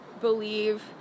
believe